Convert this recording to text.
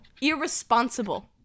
irresponsible